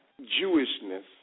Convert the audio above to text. Jewishness